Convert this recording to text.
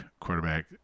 quarterback